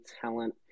talent